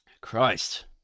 Christ